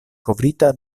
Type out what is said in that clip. kovrita